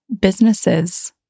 businesses